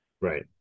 Right